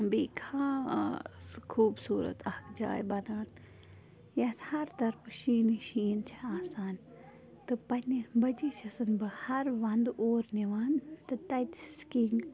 بیٚیہِ خاص خوٗبصوٗرت اَکھ جاے بَنان یَتھ ہر طرفہٕ شیٖنٕے شیٖن چھِ آسان تہٕ پنٕنہِ بٕچی چھِسن بہٕ ہر ونٛدٕ اور نِوان تہٕ تَتہِ سِکیینگ